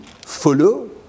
follow